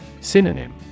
Synonym